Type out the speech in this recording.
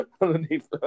underneath